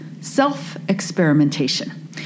self-experimentation